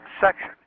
section